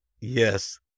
Yes